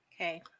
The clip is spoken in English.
Okay